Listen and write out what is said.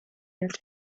and